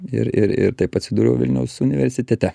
ir ir ir taip atsidūriau vilniaus universitete